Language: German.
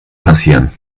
passieren